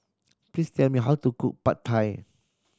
please tell me how to cook Pad Thai